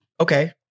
okay